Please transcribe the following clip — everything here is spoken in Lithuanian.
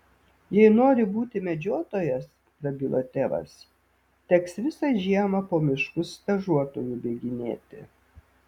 jei nori būti medžiotojas prabilo tėvas teks visą žiemą po miškus stažuotoju bėginėti